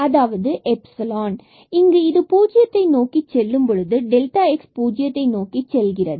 அதாவது எப்ஸிலோன் இங்கு பூஜ்ஜியத்தை நோக்கிச் செல்லும் பொழுது x பூஜ்ஜியத்தை நோக்கிச் செல்கிறது